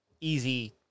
easy